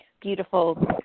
beautiful